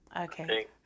Okay